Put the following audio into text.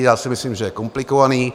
Já si myslím, že je komplikovaný.